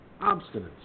obstinance